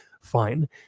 fine